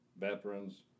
veterans